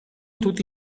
tutti